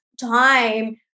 time